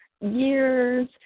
years